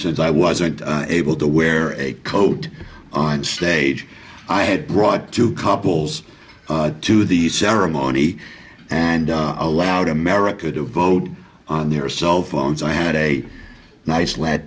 since i wasn't able to wear a coat on stage i had brought two couples to the ceremony and allowed america to vote on their cellphones i had a nice lad